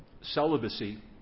celibacy